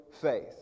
faith